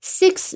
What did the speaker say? six